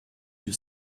you